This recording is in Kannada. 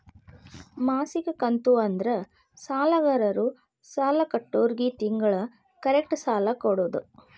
ಮಾಸಿಕ ಕಂತು ಅಂದ್ರ ಸಾಲಗಾರರು ಸಾಲ ಕೊಟ್ಟೋರ್ಗಿ ತಿಂಗಳ ತಿಂಗಳ ಕರೆಕ್ಟ್ ಸಾಲ ಕೊಡೋದ್